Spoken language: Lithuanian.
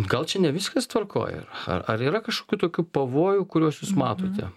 gal čia ne viskas tvarkoj yra ar yra kažkokių tokių pavojų kuriuos jūs matote